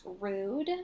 rude